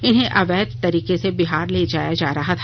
इन्हें अवैध तरीके से बिहार ले जाया जा रहा था